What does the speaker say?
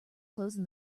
closing